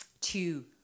Two